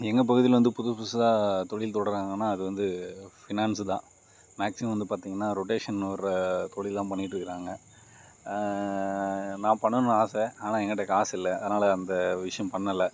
எங்கள் பகுதியில் வந்து புதுசு புதுசாக தொழில் தொடங்குகிறாங்கன்னா அது வந்து ஃபினான்ஸு தான் மேக்சிமம் வந்து பார்த்தீங்கனா ரொட்டேஷன் விடுகிற தொழில் தான் பண்ணிகிட்ருக்குறாங்க நான் பண்ணனும்னு ஆசை ஆனால் எங்கிட்ட காசு இல்லை அதனால் அந்த ஒரு விஷயம் பண்ணலை